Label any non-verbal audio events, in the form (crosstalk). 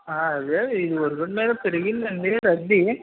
అదే (unintelligible) ఈ రెండున్నర ఏళ్ళు పెరిగిందండి రద్దీ